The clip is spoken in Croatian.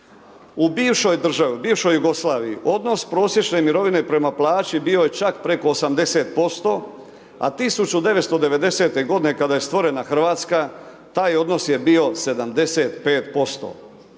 U bivšoj državi, u bivšoj Jugoslaviji odnos prosječne mirovine prema plaći bio je čak preko 80%, a 1990. godine kada je stvorena Hrvatska, taj odnos je bio 75%.